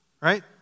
Right